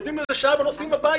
נותנים לזה שעה ונוסעים הביתה.